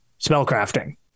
spellcrafting